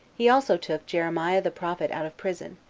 he also took jeremiah the prophet out of prison,